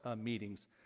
meetings